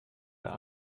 der